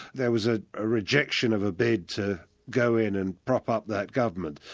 there was ah a rejection of a bid to go in and prop up that government.